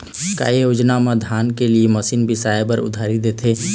का योजना मे धान के लिए मशीन बिसाए बर उधारी देथे?